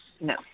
No